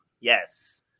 Yes